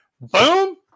boom